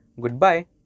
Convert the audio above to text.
goodbye